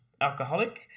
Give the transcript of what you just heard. alcoholic